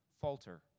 falter